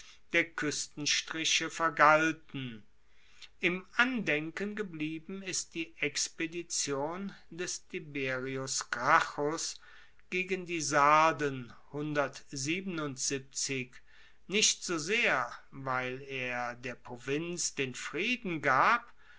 der kuestenstriche vergalten im andenken geblieben ist die expedition des tiberius gracchus gegen die sarden nicht so sehr weil er der provinz den frieden gab